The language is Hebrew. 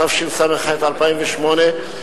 התשס"ח 2008,